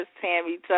Tammy